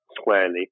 squarely